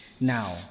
Now